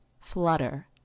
flutter